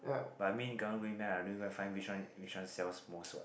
but I mean karang guni man I don't even find which one which one sells most what